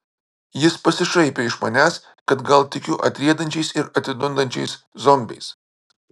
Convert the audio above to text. jis pasišaipė iš manęs kad gal tikiu atriedančiais ir atidundančiais zombiais